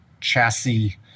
chassis